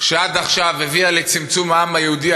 שעד עכשיו הביאה לצמצום העם היהודי,